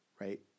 right